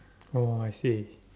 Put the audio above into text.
oh I see